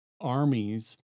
armies